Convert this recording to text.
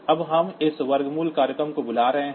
अब हम इस वर्गमूल प्रोग्राम को बुला रहे हैं